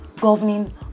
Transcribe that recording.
governing